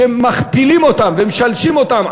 שמכפילים אותם ומשלשים אותם,